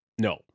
No